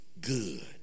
good